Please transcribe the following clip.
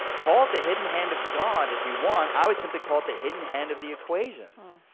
call it the hidden hand of god if you want. i would simply call it the hidden hand of the equations.